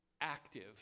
active